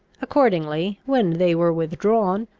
accordingly, when they were withdrawn,